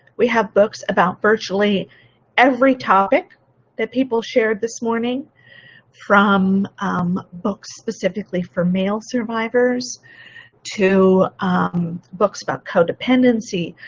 we have books about virtually every topic that people shared this morning from um books specifically for male survivors to books about codependency,